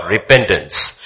repentance